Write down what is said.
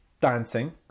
Dancing